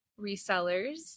resellers